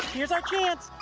here's our chance.